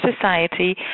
society